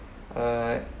err